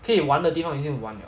可以玩的地方已经玩了